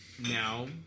now